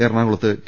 എറണാകുളത്ത് ടി